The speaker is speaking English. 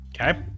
Okay